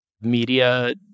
media